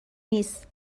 نیست